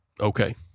Okay